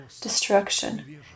destruction